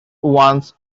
once